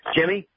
Jimmy